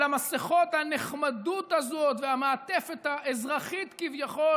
אלא ירדו מסכות הנחמדות הזאת והמעטפת האזרחית כביכול